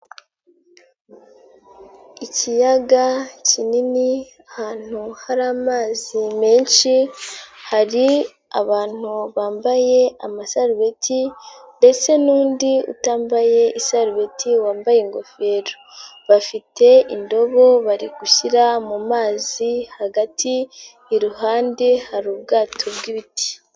Ikiyaga kinini ahantu hari amazi menshi. Hari abantu bambaye amasarubeti ndetse n'undi utambaye isarubeti wambaye ingofero. Bafite indobo bari gushyira mu mazi hagati, iruhande hari ubwato bw'ibiti.